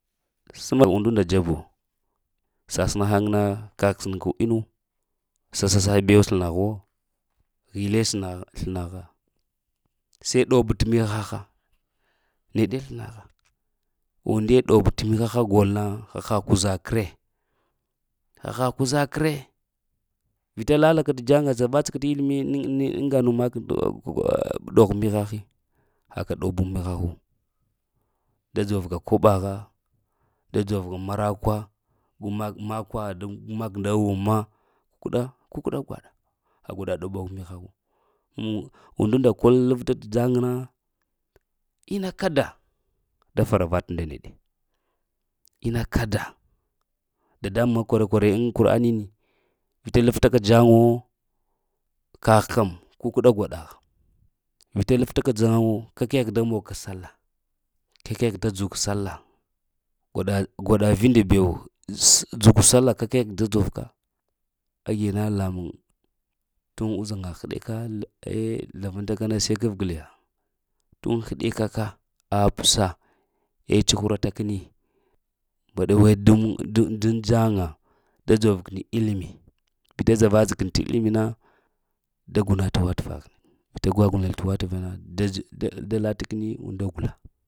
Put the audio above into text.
Səma undu nda dzabu sasəna haŋna kah səna inu, sasass be slna huwo, hille sna slnaha, se ɗob t mihaha neɗe slnaha unde ɗobt mihaha golna haha kuza hre haha kuza kre. Vita lale ka ta ŋa, dzara-da ka t illimi naŋni aŋa nu mak ɗob t mihai, haka ɗob mihahu, da dzovne koɓaha da dzor ka mara kwa, go mak makwaɗa, ga mak da lwuma keɗa kukəɗa gwaɗa. Ha gwaɗa ɗob mihatu mm unɗu naa helupta t ŋaŋ na ina kada da faravata nda neɗe inna kada. Dadamuŋ ma kwara kwara ŋ kuraniyini, vita lafta ka jaŋ wo, kagh kəm kukəɗa gwaɗaha vita laftaka jaŋ wo kakeghe da mon ka sallah. kakeh da dzug ka sallah. Gwaɗa vinda bewo s dzug sallah kakeh da dzovka. Agi na lamuŋ, tuŋ uzhaŋa heɗeko eh zlavantaka na seh gafgla yo, tuŋ heɗeka apsa eh cuhurata keni mbaɗa weɗ daŋ jaŋa da dzor keni ilimi, vita dzava-dzava keni t illimi na daguna ta watərahini vita gwagunal t watər na, da lata kəni unda gula